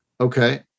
Okay